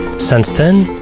since then,